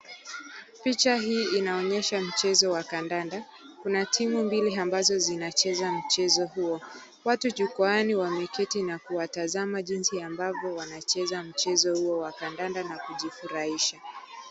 Picha hii inaonyesha mchezo wa kandanda. Kuna timu mbili ambazo zinacheza mchezo huo. Watu jukwaaani wameketi na kuwatazama jinsi ambavyo wanacheza mchezo huo wa kandanda na kujifurahisha.